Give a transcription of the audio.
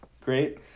great